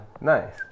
Nice